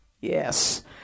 Yes